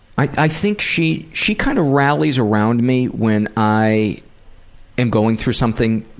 i think she she kind of rallies around me when i am going through something